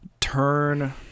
turn